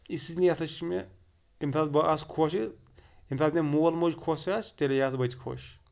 اسی لیے یَتھ حظ چھِ مےٚ ییٚمہِ ساتہٕ بہٕ آسہٕ خۄشہِ ییٚمہِ ساتہٕ مےٚ مول موج خۄش آسہِ تیٚلے آسہٕ بہٕ تہِ خۄش